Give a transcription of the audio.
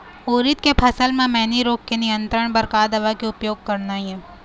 उरीद के फसल म मैनी रोग के नियंत्रण बर का दवा के उपयोग करना ये?